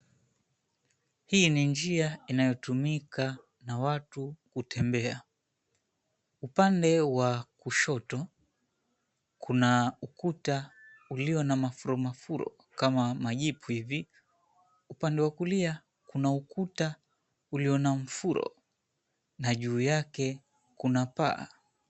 Hii ni njia inayotumika na watu kutembea. Upande wa kushoto kuna ukuta ulio na mafuro mafuro kama majipu hivi. Upande wa kulia kuna ukuta ulio na mfuro na juu yake kuna paa.